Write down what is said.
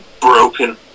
broken